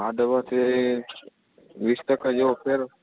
આ દવાથી વીસ ટકા જેવો ફેર